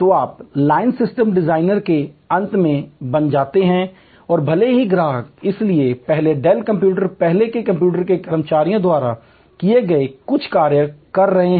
तो आप line system designer के अंत में बन जाते हैं और भले ही ग्राहक इसलिए पहले Dells कंप्यूटर पहले के कंप्यूटरों के कर्मचारियों द्वारा किए गए कुछ कार्य कर रहे हैं